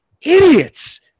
Idiots